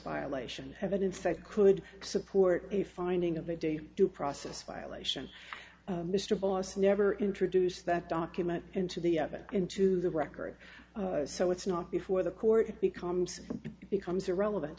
violation evidence that could support a finding of a date due process violation mr boss never introduce that document into the oven into the record so it's not before the court it becomes becomes irrelevant